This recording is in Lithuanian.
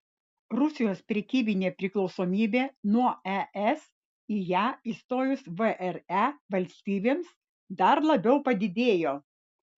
rusijos prekybinė priklausomybė nuo es į ją įstojus vre valstybėms dar labiau padidėjo